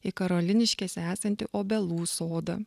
į karoliniškėse esantį obelų sodą